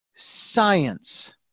Science